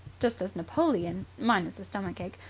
just as napoleon, minus a stomach-ache,